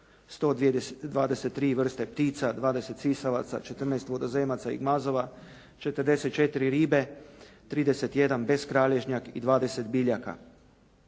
123 ptica, 20 sisavaca, 14 vodozemaca i gmazova, 44 ribe, 31 beskralježnjak i 20 biljaka.